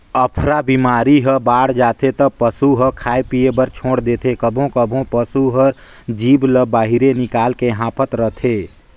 अफरा बेमारी ह बाड़ जाथे त पसू ह खाए पिए बर छोर देथे, कभों कभों पसू हर जीभ ल बहिरे निकायल के हांफत रथे